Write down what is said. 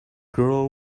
girl